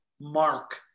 mark